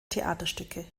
theaterstücke